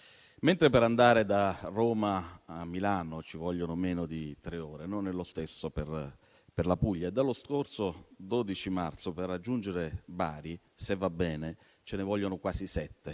Mentre, per andare da Roma a Milano, ci vogliono meno di tre ore, non è lo stesso per la Puglia. E dallo scorso 12 marzo, per raggiungere Bari, se va bene ce ne vogliono quasi sette